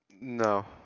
No